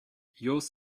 yours